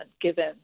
given